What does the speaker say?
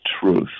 truth